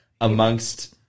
amongst